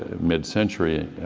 ah mid century,